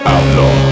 Outlaw